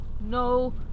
no